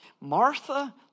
Martha